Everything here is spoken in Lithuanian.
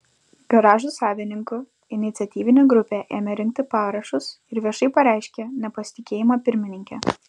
garažų savininkų iniciatyvinė grupė ėmė rinkti parašus ir viešai pareiškė nepasitikėjimą pirmininke